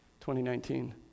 2019